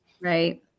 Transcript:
Right